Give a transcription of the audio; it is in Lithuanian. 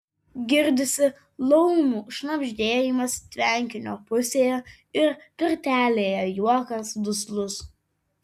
girdisi laumių šnabždėjimas tvenkinio pusėje ir pirtelėje juokas duslus